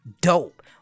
dope